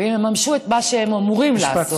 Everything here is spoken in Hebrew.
ויממשו את מה שהם אמורים לעשות,